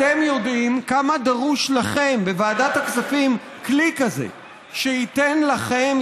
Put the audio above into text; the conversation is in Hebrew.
אתם יודעים כמה דרוש לכם בוועדת הכספים כלי כזה שייתן לכם,